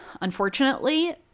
unfortunately